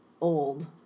old